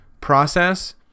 process